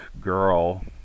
girl